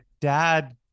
dad